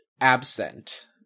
absent